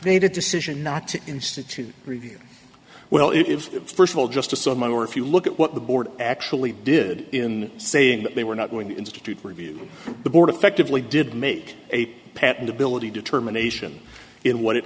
made a decision not to institute review well it was first of all just to so many were if you look at what the board actually did in saying that they were not going to institute review the board affectively did make a patentability determination in what it